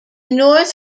north